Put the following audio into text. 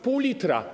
Pół litra.